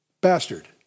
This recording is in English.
Bastard